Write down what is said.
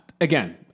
Again